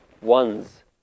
ones